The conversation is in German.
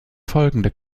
folgende